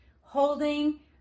holding